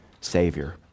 Savior